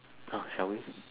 ah shall we